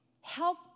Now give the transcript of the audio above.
Help